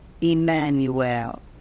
Emmanuel